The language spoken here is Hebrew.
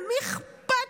למי אכפת?